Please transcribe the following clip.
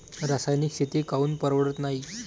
रासायनिक शेती काऊन परवडत नाई?